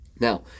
Now